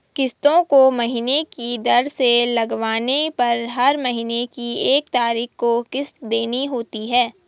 किस्तों को महीने की दर से लगवाने पर हर महीने की एक तारीख को किस्त देनी होती है